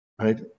right